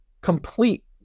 complete